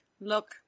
look